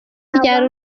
ryari